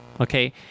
okay